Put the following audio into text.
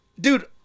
Dude